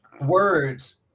words